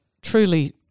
truly